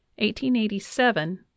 1887